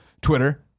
Twitter